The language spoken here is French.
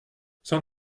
cent